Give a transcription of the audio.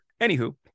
Anywho